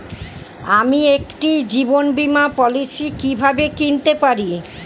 আমি একটি জীবন বীমা পলিসি কিভাবে কিনতে পারি?